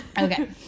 Okay